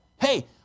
Hey